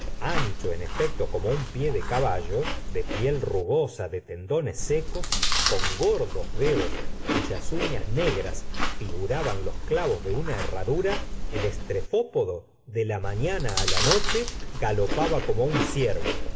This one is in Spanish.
ancho en efecto como un pie de caballo de piel rugosa de tendones secos con gordos dedos cuyas ufías negras figuraban los clavos de una herradura el strefopodo de la mafiana la noche galopaba como un ciervo